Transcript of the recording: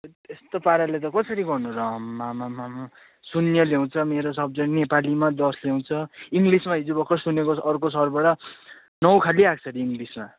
हैट यस्तो पाराले त कसरी गर्नु र आम्मामामाम शून्य ल्याउँछ मेरो सब्जेक्ट नेपालीमा दस ल्याउँछ इङ्ग्लिसमा हिजो भर्खर सुनेको अर्को सरबाट नौ खालि आएको छ अरे इङ्ग्लिसमा